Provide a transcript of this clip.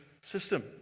system